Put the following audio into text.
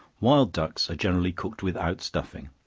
wild ducks are generally cooked without stuffing,